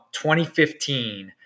2015